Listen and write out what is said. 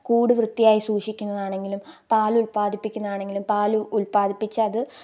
കൂട് വൃത്തിയായി സൂക്ഷിക്കുന്നതാണെങ്കിലും പാൽ ഉല്പാദിപ്പിക്കുന്നത് ആണെങ്കിലും പാൽ ഉല്പാദിപ്പിച്ചു അത്